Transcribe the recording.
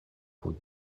kun